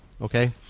okay